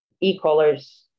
e-collars